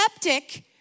septic